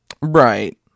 Right